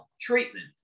treatment